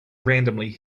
randomly